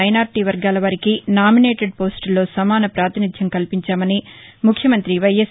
minority వర్గాల వారికి nominated పోస్టుల్లో సమాన ప్రాతినిధ్యం కల్పించామని ముఖ్యమంతి వైఎస్